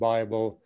Bible